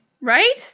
Right